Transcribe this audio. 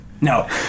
No